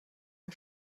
der